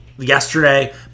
yesterday